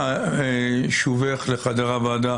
שובך לחדר הוועדה